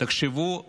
תחשבו עליהם,